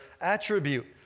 attribute